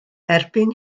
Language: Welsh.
erbyn